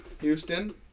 Houston